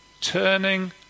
turning